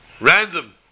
random